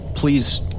Please